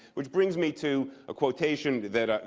which brings me to a quotation that,